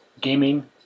gaming